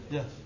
Yes